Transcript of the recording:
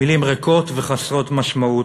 מילים ריקות וחסרות משמעות,